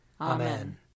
Amen